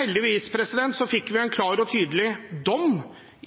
Heldigvis fikk vi en klar og tydelig dom